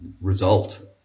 result